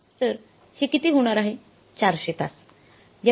तर हे किती होणार आहे 400 तास